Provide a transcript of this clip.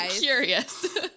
Curious